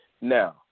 Now